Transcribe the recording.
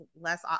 less